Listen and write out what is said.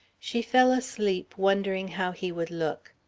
she fell asleep wondering how he would look.